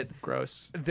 Gross